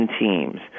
teams